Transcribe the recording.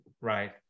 Right